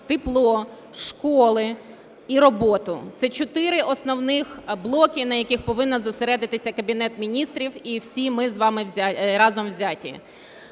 тепло, школи і роботу. Це чотири основні блоки, на яких повинні зосередитися Кабінет Міністрів і всі ми з вами разом взяті.